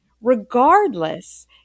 Regardless